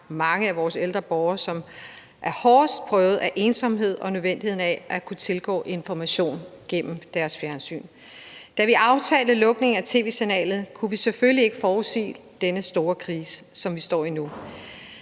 mange af vores ældre borgere, som er hårdest prøvet af ensomhed og nødvendigheden af at kunne tilgå information gennem deres fjernsyn. Da vi aftalte lukningen af tv-signalet, kunne vi selvfølgelig ikke forudsige denne store krise, som vi står i nu,